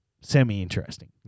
semi-interesting